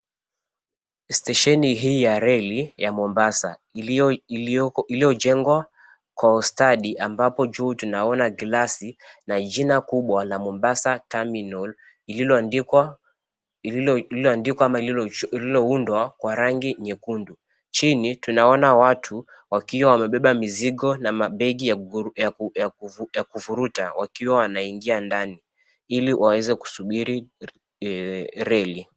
Stesheni hii ya reli ya Mombasa iliyojengwa kwa ustadi ambapo juu tunaona glasi na jina kubwa la MOMBASA TERMINAL lililoandika ama lililoundwa kwa rangi nyekundu. Chini tunaona watu wakiwa wamebeba mizigo na mabegi ya kuvuruta wakiwa wanaingia ndani ili waweze kusubiri reli.